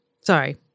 sorry